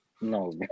No